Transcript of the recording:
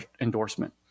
endorsement